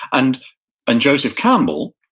and and joseph campbell,